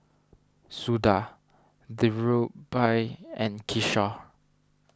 Suda Dhirubhai and Kishore